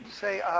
say